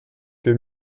que